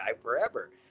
forever